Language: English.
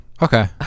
Okay